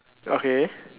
okay